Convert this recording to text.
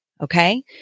okay